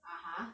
ah ha